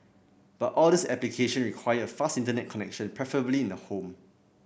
but all these application require a fast Internet connection preferably in the home